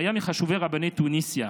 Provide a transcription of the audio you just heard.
שהיה מחשובי רבני תוניסיה,